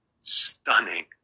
Stunning